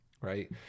right